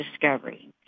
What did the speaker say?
discovery